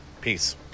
Peace